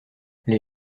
les